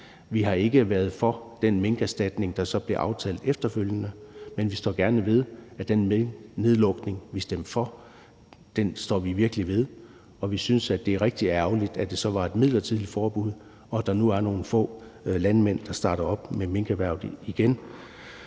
vi har ikke været for den minkerstatning, der så blev aftalt efterfølgende, men vi står gerne ved, at vi stemte for den nedlukning, og vi synes, det er rigtig ærgerligt, at det så var et midlertidigt forbud, og at der nu er nogle få landmænd, der starter op med minkerhvervet igen.